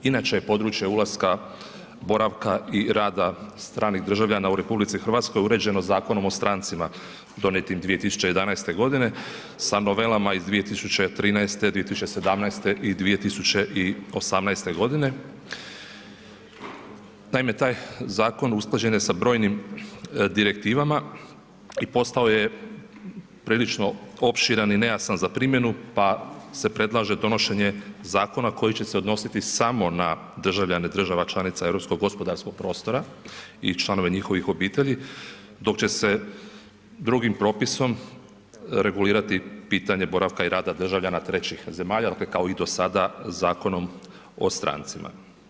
Inače je područje ulaska, boravka i rada stranih državljana u RH uređeno Zakonom o strancima donijetim 2011.g. sa novelama iz 2013., 2017. i 2018.g. Naime, taj zakon usklađen je sa brojnim Direktivama i postao je prilično opširan i nejasan za primjenu, pa se predlaže donošenje zakona koji će se odnositi samo na državljane država članica europsko-gospodarskog prostora i članove njihovih obitelji, dok će se drugim propisom regulirati pitanje boravka i rada državljana trećih zemalja, dakle, kao i do sada Zakonom o strancima.